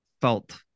felt